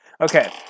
Okay